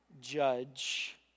judge